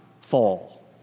fall